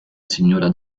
signora